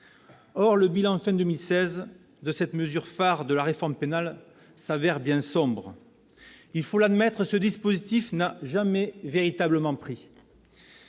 2016, le bilan de cette mesure phare de la réforme pénale s'avère bien sombre. Il faut l'admettre, ce dispositif n'a jamais véritablement pris.